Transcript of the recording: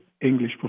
English